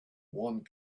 one